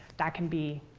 that can be